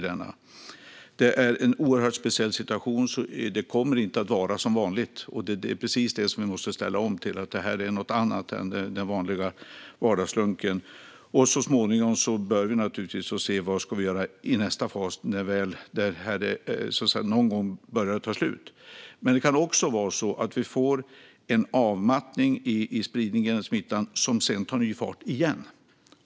Det är en oerhört speciell situation. Det kommer inte att vara som vanligt, och det är precis det som vi måste ställa om till: Det här är något annat än den vanliga vardagslunken. Så småningom bör vi naturligtvis se vad vi ska göra i nästa fas, när det här väl börjar ta slut. Det kan också vara så att vi får en avmattning i spridningen av smittan men att den sedan tar ny fart igen.